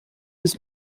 des